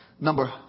number